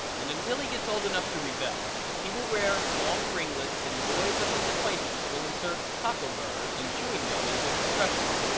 and until he gets old enough to rebel he will wear long ringlets and boys of his acquaintance will insert cockle-burs and chewing gum into his tresses,